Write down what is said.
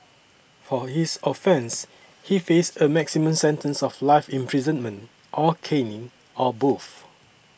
for his offence he faced a maximum sentence of life imprisonment or caning or both